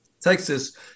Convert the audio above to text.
Texas